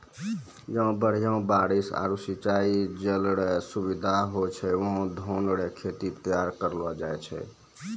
जहां बढ़िया बारिश आरू सिंचाई जल रो सुविधा होय छै वहां धान रो खेत तैयार करलो जाय छै